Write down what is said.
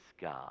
God